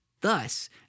Thus